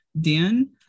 dan